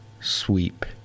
sweep